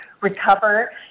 recover